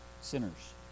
Sinners